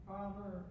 Father